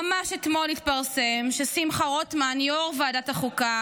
ממש אתמול התפרסם ששמחה רוטמן, יו"ר ועדת החוקה,